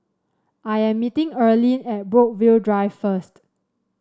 I am meeting Earlene at Brookvale Drive first